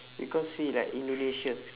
because see like in malaysia